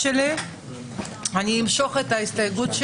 13:36 ונתחדשה בשעה 13:54.) אנחנו חוזרים לדיון.